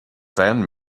fan